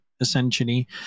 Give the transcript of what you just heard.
essentially